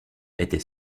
était